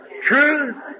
Truth